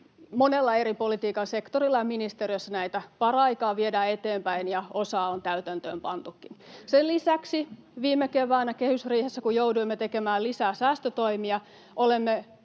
monella eri politiikan sektorilla, ja ministeriöissä näitä paraikaa viedään eteenpäin, ja osa on täytäntöön pantukin. Sen lisäksi viime keväänä kehysriihessä, kun jouduimme tekemään lisää säästötoimia, olemme